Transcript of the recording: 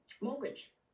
mortgage